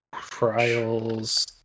Trials